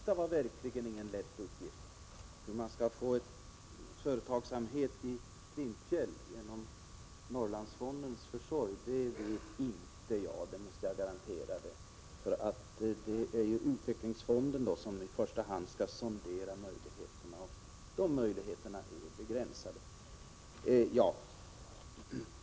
Herr talman! Det senaste var verkligen ingen lätt uppgift. Hur man kan få företagsamhet i Klimpfjäll genom Norrlandsfondens försorg vet jag inte, det kan jag försäkra. Det är utvecklingsfonden som i första hand skall sondera sådana möjligheter, och de möjligheterna är begränsade.